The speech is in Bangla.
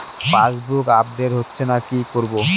পাসবুক আপডেট হচ্ছেনা কি করবো?